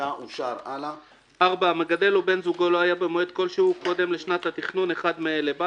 הצבעה בעד פה אחד תקנות 5(ג)(1), (2) ו-(3)